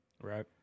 Right